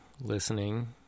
listening